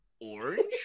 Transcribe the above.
orange